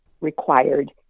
required